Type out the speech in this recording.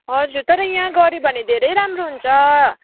हजुर तर यहाँ गर्यो भने धेरै राम्रो हुन्छ